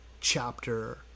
chapter